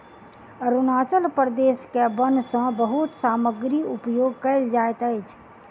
अरुणाचल प्रदेश के वन सॅ बहुत सामग्री उपयोग कयल जाइत अछि